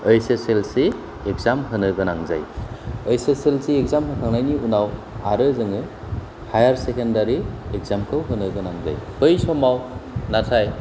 S S L C exam होनो गोनां जायो ऐस एल सि एग्जाम होखांनायनि उनाव आरो जोङो हायार सेकेण्डारि एग्जाम खौ होनो गोनां जायो बै समाव नाथाय